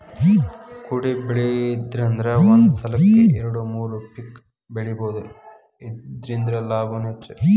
ಕೊಡಿಬೆಳಿದ್ರಂದ ಒಂದ ಸಲಕ್ಕ ಎರ್ಡು ಮೂರು ಪಿಕ್ ಬೆಳಿಬಹುದು ಇರ್ದಿಂದ ಲಾಭಾನು ಹೆಚ್ಚ